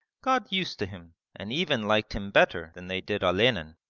got used to him and even liked him better than they did olenin,